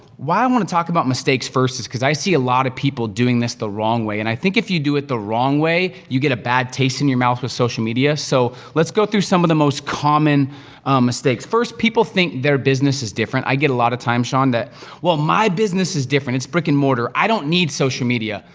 why i wanna talk about mistakes first is cause i see a lot of people doing this the wrong way, and i think if you do it the wrong way, you get a bad taste in your mouth with social media. so, let's go through some of the most common mistakes. first, people think their business is different. i get a lot of time, sean, that well, my business is different, it's brick and mortar, i don't need social media.